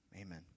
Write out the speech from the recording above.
Amen